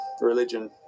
religion